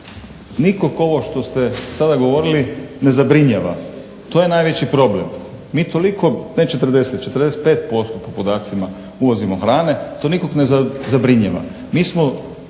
nikog ovo što ste sada govorili ne zabrinjava, to je najveći problem. Mi toliko, ne 40, 45% po podacima uvozimo hrane, to nikog ne zabrinjava.